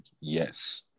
yes